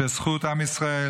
שזכות עם ישראל,